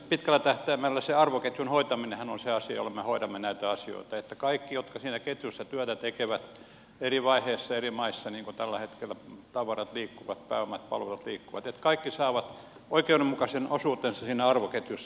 pitkällä tähtäimellä se arvoketjun hoitaminenhan on se asia jolla me hoidamme näitä asioita että kaikki jotka siinä ketjussa työtä tekevät eri vaiheissa eri maissa niin kuin tällä hetkellä tavarat liikkuvat pääomat palvelut liikkuvat saavat oikeudenmukaisen osuutensa siinä arvoketjussa